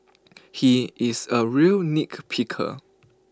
he is A real nitpicker